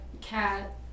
cat